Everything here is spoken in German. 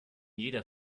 jeder